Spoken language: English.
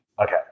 Okay